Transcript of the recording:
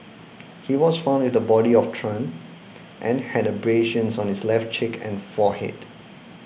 he was found with the body of Tran and had abrasions on his left cheek and forehead